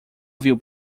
viu